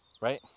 right